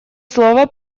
слово